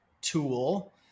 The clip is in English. tool